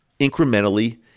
incrementally